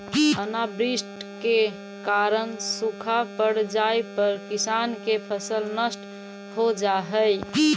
अनावृष्टि के कारण सूखा पड़ जाए पर किसान के फसल नष्ट हो जा हइ